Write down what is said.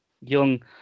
young